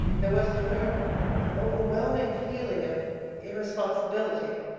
there was with her an overwhelming feeling of irresponsibility.